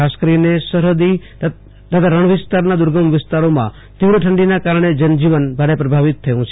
ખાસ કરીને સરહદી તથા રણ દિવસના દુર્ગમ વિસ્તારોમાં તીવ્ર ઠંડીના કારણે જનજીવન ભારે પ્રભાવિત થયું છે